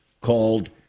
called